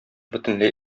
бөтенләй